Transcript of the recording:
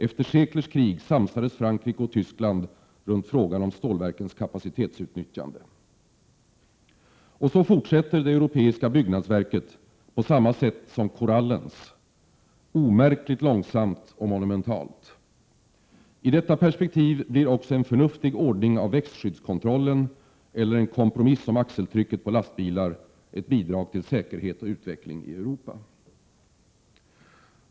Efter seklers krig samsades Frankrike och Tyskland runt frågan om stålverkens kapacitetsutnyttjande. Och så fortsätter det europeiska byggnadsverket på samma sätt som korallens: omärkligt långsamt och monumentalt. I detta perspektiv blir också en förnuftig ordning av växtskyddskontrollen eller en kompromiss om axeltrycket på lastbilar ett bidrag till säkerhet och utveckling i Europa.